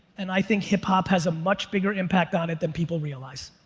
and i think hip-hop has a much bigger impact on it than people realize.